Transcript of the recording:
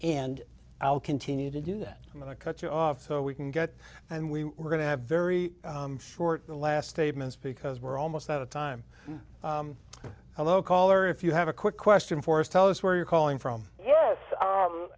and i'll continue to do that i'm going to cut you off so we can get and we were going to have very short last statements because we're almost out of time alone caller if you have a quick question for us tell us where you're calling from yes